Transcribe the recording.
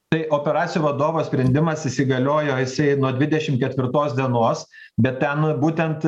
tai operacijų vadovo sprendimas įsigaliojo jisai nuo dvidešim ketvirtos dienos bet ten būtent